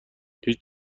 هیچ